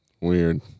Weird